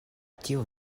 tio